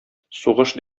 сугыш